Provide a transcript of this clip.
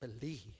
believe